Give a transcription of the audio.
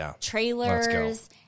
trailers